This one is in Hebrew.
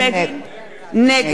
נגד